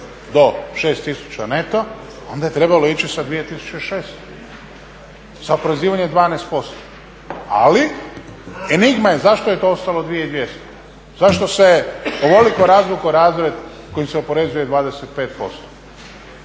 do 6 tisuća neto, onda je trebalo ići sa 2600, sa oporezivanjem 12%, ali enigma je zašto je to ostalo 2200. Zašto se ovoliko razvukao razred kojim se oporezuje 25%?